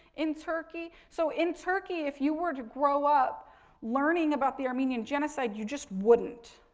in turkey. so, in turkey, if you were to grow up learning about the armenian genocide, you just wouldn't,